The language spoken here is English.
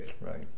right